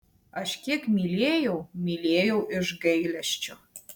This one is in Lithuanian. aš kiek mylėjau mylėjau iš gailesčio